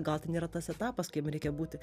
gal tai nėra tas etapas kai jam reikia būti